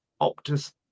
optus